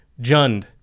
Jund